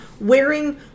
wearing